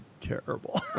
terrible